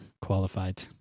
qualified